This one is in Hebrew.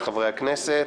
את חברי הכנסת,